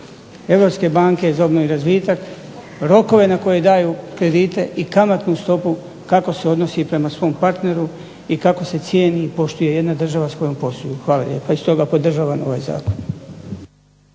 Europske banke za obnovu i razvitak, rokove na koje daju kredite i kamatnu stopu kako se odnosi prema svom partneru i kako se cijeni i poštuje jedna država s kojom posluju. Hvala lijepo i stoga podržavam ovaj Zakon.